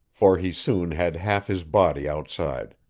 for he soon had half his body outside.